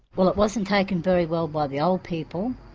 well it wasn't taken very well by the old people,